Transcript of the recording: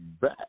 back